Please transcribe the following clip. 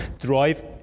drive